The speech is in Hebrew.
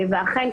ואכן,